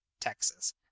Texas